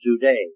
today